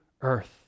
earth